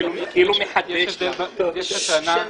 יש כאן